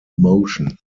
motion